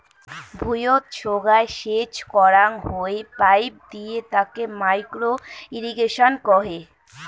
ভুঁইয়ত সোগায় সেচ করাং হই পাইপ দিয়ে তাকে মাইক্রো ইর্রিগেশন কহে